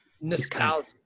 nostalgia